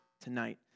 tonight